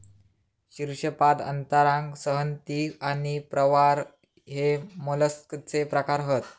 शीर्शपाद अंतरांग संहति आणि प्रावार हे मोलस्कचे प्रकार हत